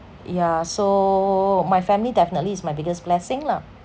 yeah so my family definitely is my biggest blessing lah